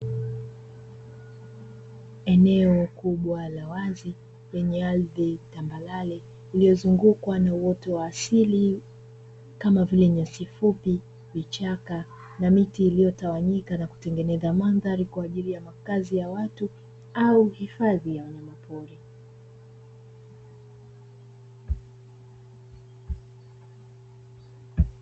Eneo kubwa la wazi lenye ardhi tambarare, lililozungukwa na uoto wa asili kama vile nyasi fupi, vichaka na miti iliyotawanyika, nakutengeneza mandhari kwa ajili ya makazi ya watu au hifadhi ya wanyama pori.